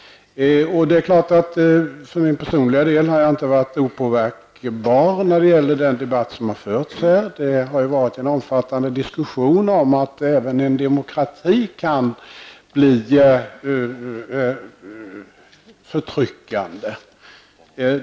För min personliga del har jag inte varit opåverkbar i den debatt som har förts. Det har varit omfattande diskussioner om att även en demokrati kan bli förtryckande.